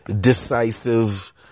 decisive